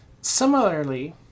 Similarly